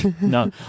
No